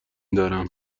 دارم